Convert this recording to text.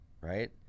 right